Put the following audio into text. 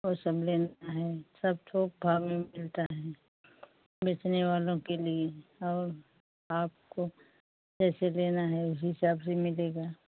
वह सब लेना है सब थोक भाव में मिलता है बेचने वालों के लिए और आपको कैसे देना है उसी हिसाब से मिलेगा